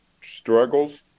struggles